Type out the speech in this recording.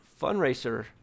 fundraiser